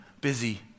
busy